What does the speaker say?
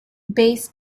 bass